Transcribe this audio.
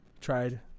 tried